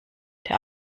der